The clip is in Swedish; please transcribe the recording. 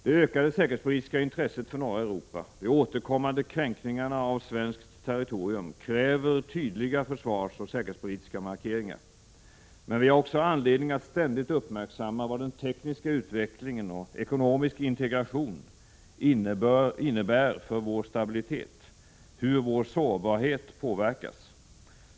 Det ökade säkerhetspolitiska intresset för norra Europa, och de återkommande kränkningarna av svenskt territorium, kräver tydliga försvarsoch säkerhetspolitiska markeringar. Men vi har också anledning att ständigt uppmärksamma vad den tekniska utvecklingen och ekonomisk integration innebär för vår stabilitet, hur vår sårbarhet påverkas.